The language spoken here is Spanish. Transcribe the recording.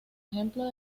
ejemplos